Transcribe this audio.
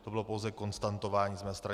To bylo pouze konstatování z mé strany.